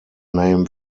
name